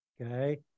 okay